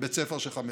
בבית ספר של 500,